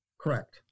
Correct